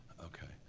okay.